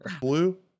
Blue